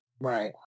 Right